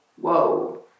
whoa